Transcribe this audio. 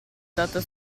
stato